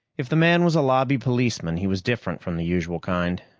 if the man was a lobby policeman, he was different from the usual kind.